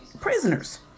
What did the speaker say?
prisoners